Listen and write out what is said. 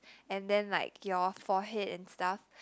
and then like your forehead and stuff